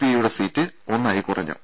ഐയുടെ സീറ്റ് ഒന്നായി കുറഞ്ഞു